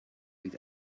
with